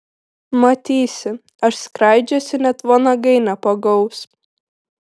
matysi aš skraidžiosiu net vanagai nepagaus